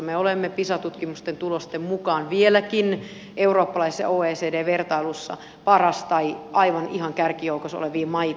me olemme pisa tutkimusten tulosten mukaan vieläkin eurooppalaisessa ja oecd vertailussa aivan ihan kärkijoukoissa olevia maita